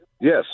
Yes